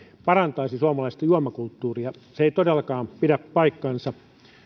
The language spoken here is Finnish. parantaisi suomalaisten juomakulttuuria se ei todellakaan pidä paikkaansa